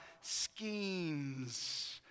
schemes